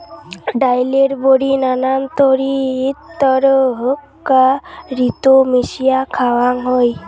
ডাইলের বড়ি নানান তরিতরকারিত মিশিয়া খাওয়াং হই